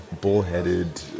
bullheaded